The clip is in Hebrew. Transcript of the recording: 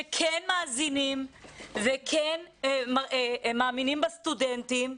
שכן מאזינים וכן מאמינים בסטודנטים,